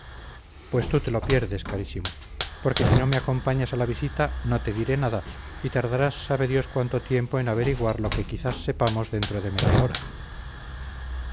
pues tú te lo pierdes carísimo porque si no me acompañas a la visita no te diré nada y tardarás sabe dios cuánto tiempo en averiguar lo que quizás sepamos dentro de media hora